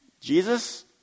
Jesus